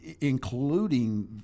including